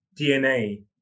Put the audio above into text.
DNA